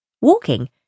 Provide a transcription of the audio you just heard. Walking